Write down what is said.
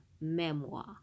memoir